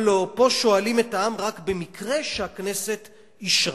אבל לא, פה שואלים את העם רק במקרה שהכנסת אישרה.